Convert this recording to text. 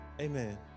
Amen